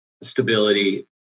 stability